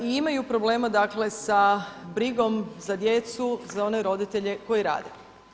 I imaju problema, dakle sa brigom za djecu, za one roditelje koji rade.